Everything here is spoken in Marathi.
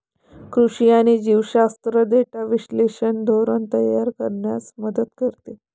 कृषी आणि जीवशास्त्र डेटा विश्लेषण धोरण तयार करण्यास मदत करते